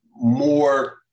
more